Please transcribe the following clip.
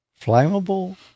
Flammable